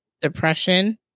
depression